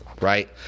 right